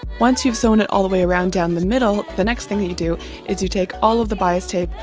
once you've sewn it all the way around down the middle the next thing that you do is you take all of the bias tape?